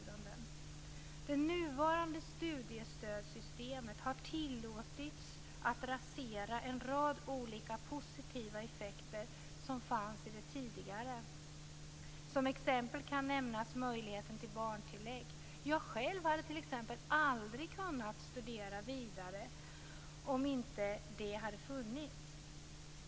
Det nuvarande studiestödssystemet har tillåtits rasera en rad olika positiva effekter som fanns i det tidigare. Som exempel kan nämnas möjligheten till barntillägg. Jag själv hade t.ex. aldrig kunnat studera vidare om inte det hade funnits.